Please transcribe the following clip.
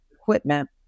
equipment